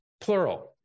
plural